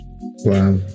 wow